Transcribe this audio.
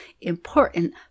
important